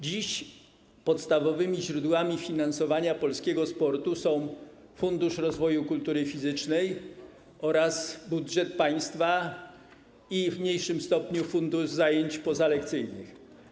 Dziś podstawowymi źródłami finansowania polskiego sportu są Fundusz Rozwoju Kultury Fizycznej oraz budżet państwa, w mniejszym stopniu - fundusz zająć pozalekcyjnych.